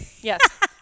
yes